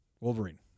Wolverine